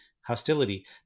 Hostility